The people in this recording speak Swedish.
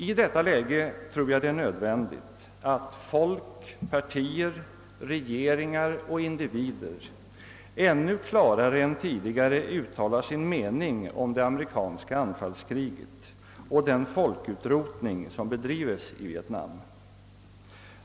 I detta läge tror jag att det är nödvändigt att folk, partier, regeringar och individer ännu klarare än tidigare uttalar sin mening om det amerikanska anfallskriget och den folkutrotning som bedrives i Vietnam.